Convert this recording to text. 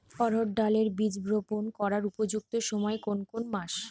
অড়হড় ডাল এর বীজ রোপন করার উপযুক্ত সময় কোন কোন মাস?